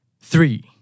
Three